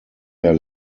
der